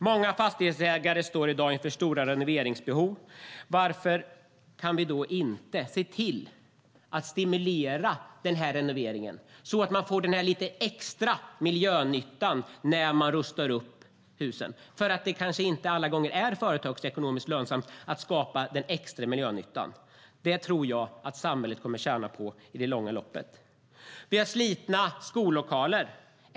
Många fastighetsägare står i dag inför stora renoveringsbehov. Varför kan vi då inte se till att stimulera renoveringen så att man får den extra miljönyttan när man rustar upp husen? Det kanske inte alla gånger är företagsekonomiskt lönsamt att skapa den extra miljönyttan. Det tror jag att samhället kommer att tjäna på i det långa loppet. Vi har slitna skollokaler.